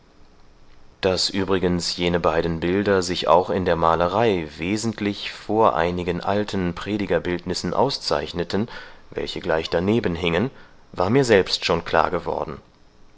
daß übrigens jene beiden bilder sich auch in der malerei wesentlich vor einigen alten predigerbildnissen auszeichneten welche gleich daneben hingen war mir selbst schon klargeworden